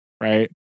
right